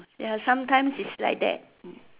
ya sometimes is like that mm